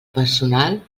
personal